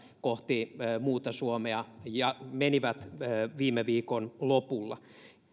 kohti muuta suomea menivät viime viikon lopulla